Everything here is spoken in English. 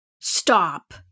Stop